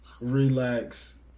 Relax